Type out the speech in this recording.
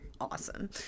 awesome